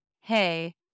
hey